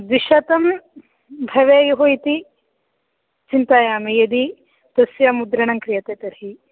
द्विशतं भवेयुः इति चिन्तयामि यदि तस्य मुद्रणं क्रियते तर्हि